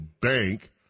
bank